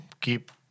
keep